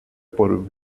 por